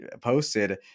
posted